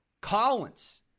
Collins